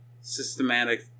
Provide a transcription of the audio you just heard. systematic